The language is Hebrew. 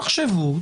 תחשבו.